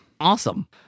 Awesome